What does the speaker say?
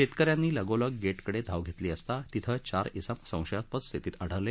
शेतक यांनी लगोलग गेटकडे धाव घेतली असता तेथे चार इसम संशयास्पद स्थितीत आढळले